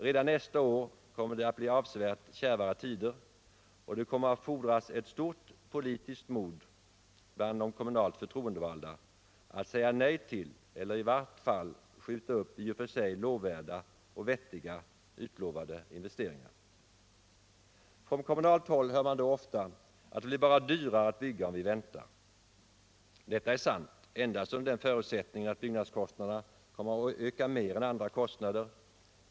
Redan nästa år kommer det att bli avsevärt kärvare tider, och det kommer att fordras eu stort politiskt mod bland de kommunalt förtroendevalda att säga nej till eller i vart fall skjuta upp i och för sig lov värda och vettiga utlovade investeringar. Från kommunalt håll hör man då ofta att det bara blir dyrare att bygga om vi väntar. Detta är sant endast under den förutsättningen att byggnadskostnaderna kommer att öka mer än andra kostnader.